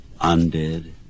undead